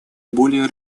более